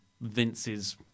vince's